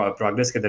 progress